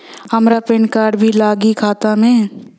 हमार PAN card भी लगी खाता में?